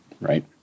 right